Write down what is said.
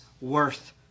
worth